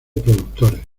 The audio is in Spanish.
productores